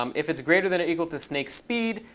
um if it's greater than or equal to snake speed,